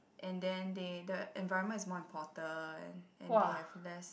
and then they the environment is more important and they have less